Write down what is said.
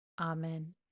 Amen